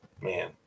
man